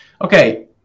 Okay